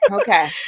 Okay